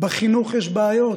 בחינוך יש בעיות,